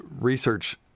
research